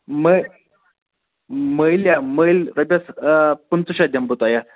مٔ مٔلۍ ہَہ مٔلۍ رۄپیَس پٕنٛژٕ شیٚتھ دِمہٕ بہٕ تۄہہِ اَتھ